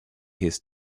his